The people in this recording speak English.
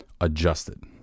adjusted